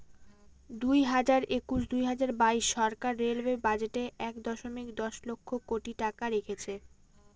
দুই হাজার একুশ দুই হাজার বাইশ সরকার রেলওয়ে বাজেটে এক দশমিক দশ লক্ষ কোটি টাকা রেখেছে